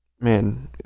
Man